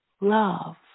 love